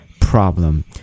problem